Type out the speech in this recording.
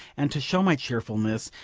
and to show my cheerfulness,